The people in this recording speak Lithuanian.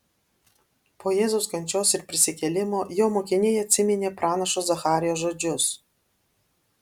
po jėzaus kančios ir prisikėlimo jo mokiniai atsiminė pranašo zacharijo žodžius